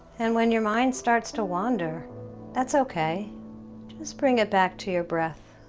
and when your mind starts to wander that's okay just bring it back to your breath